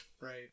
right